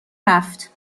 رفت